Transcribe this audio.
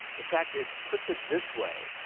in fact it puts it this way.